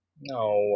No